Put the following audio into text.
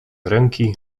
ręki